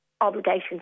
Obligations